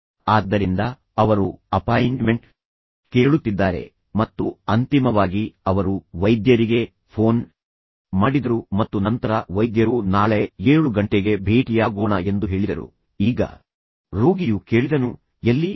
ಆದ್ದರಿಂದ ಅವರು ಅಪಾಯಿಂಟ್ಮೆಂಟ್ ಕೇಳುತ್ತಿದ್ದಾರೆ ಮತ್ತು ಅಂತಿಮವಾಗಿ ಅವರು ವೈದ್ಯರಿಗೆ ಫೋನ್ ಮಾಡಿದರು ಮತ್ತು ನಂತರ ವೈದ್ಯರು ನಾಳೆ 7 ಗಂಟೆಗೆ ಭೇಟಿಯಾಗೋಣ ಎಂದು ಹೇಳಿದರು ಈಗ ರೋಗಿಯು ಬೇಗನೆ ಕೇಳಿದನು ಎಲ್ಲಿ